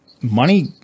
money